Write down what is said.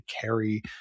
carry